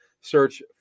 search